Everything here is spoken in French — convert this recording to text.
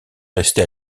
resté